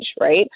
right